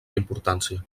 importància